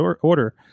order